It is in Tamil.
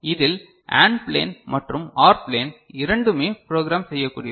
இதில் AND ப்ளேன் மற்றும் OR ப்ளேன் இரண்டுமே ப்ரோக்ராம் செய்யக்கூடியவை